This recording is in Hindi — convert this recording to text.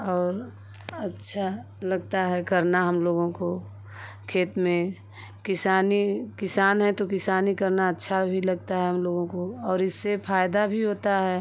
और अच्छा लगता है करना हम लोगों को खेत में किसानी किसान हैं तो किसानी करना अच्छा भी लगता है हम लोगों को और इससे फायदा भी होता है